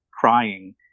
crying